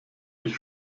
ich